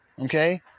Okay